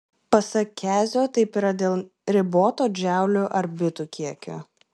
pasak kezio taip yra dėl riboto džaulių ar bitų kiekio